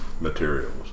materials